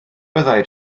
byddai